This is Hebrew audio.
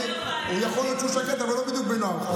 יכול להיות שהוא שקט, אבל לא בדיוק בנועם.